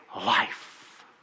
life